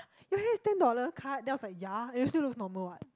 your hair is ten dollar cut then I was like yea it will still looks normal what